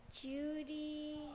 Judy